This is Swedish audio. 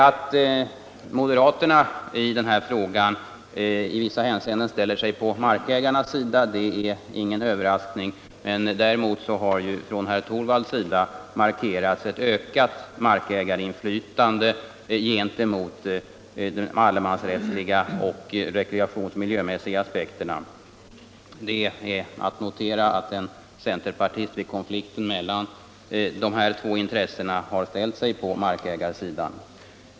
Att moderaterna i den här frågan i vissa avseenden ställer sig på markägarnas sida är ingen överraskning. Däremot är det intressant att herr Torwald har markerat sympati för ett ökat markägarinflytande gentemot de allemansrättsliga och rekreationsoch miljöaspekterna. Det är att notera att en centerpartist vid konflikten mellan de här två intressena har ställt sig på markägarsidan.